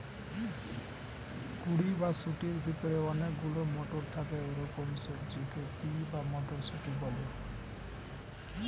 কুঁড়ি বা শুঁটির ভেতরে অনেক গুলো মটর থাকে এরকম সবজিকে পি বা মটরশুঁটি বলে